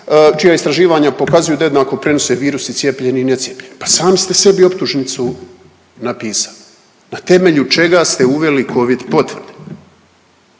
čija istraživanja pokazuju da jednako prenose virus i cijepljeni i necijepljeni. Pa sami ste sebi optužnicu napisali. Na temelju čega ste uveli covid potvrde,